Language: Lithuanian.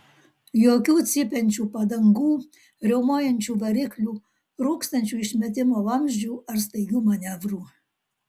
jokių cypiančių padangų riaumojančių variklių rūkstančių išmetimo vamzdžių ar staigių manevrų